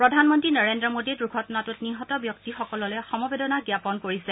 প্ৰধানমন্ত্ৰী নৰেন্দ্ৰ মোদী দুৰ্ঘটনাটোত নিহত ব্যক্তিসকললৈ সমবেদনা জ্ঞাপন কৰিছে